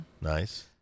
Nice